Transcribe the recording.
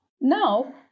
Now